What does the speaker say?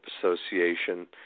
Association